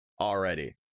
already